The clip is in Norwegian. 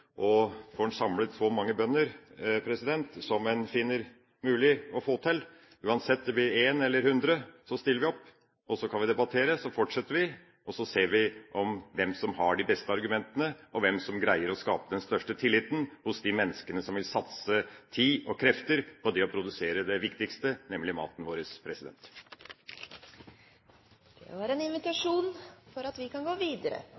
og får han samlet så mange bønder som en finner det mulig å få til, uansett om det blir én eller 100, så stiller vi opp, og så kan vi debattere, så fortsetter vi, og så ser vi hvem som har de beste argumentene, og hvem som greier å skape den største tilliten hos de menneskene som vil satse tid og krefter på det å produsere det viktigste, nemlig maten vår. Irene Lange Nordahl har hatt ordet to ganger tidligere og får ordet til en